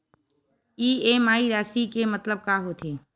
EMI राशि के मतलब का होथे?